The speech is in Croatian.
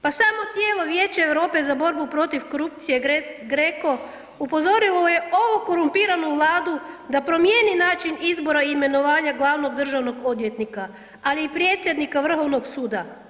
Pa samo tijelo Vijeće Europe za borbu protiv korupcije GRECO upozorilo je ovu korumpiranu Vladu da promijeni način izbora imenovanja glavnog državnog odvjetnika, ali i predsjednika Vrhovnog suda.